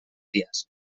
dies